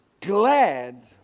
glad